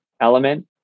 element